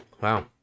Wow